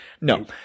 No